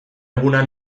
eguna